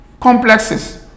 complexes